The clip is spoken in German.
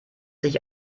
sich